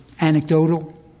anecdotal